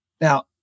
Now